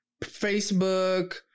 Facebook